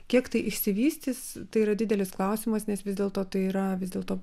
kiek tai išsivystys tai yra didelis klausimas nes vis dėlto tai yra vis dėlto